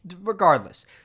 Regardless